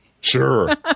Sure